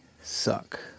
suck